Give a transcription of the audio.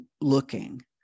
looking